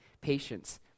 patience